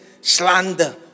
Slander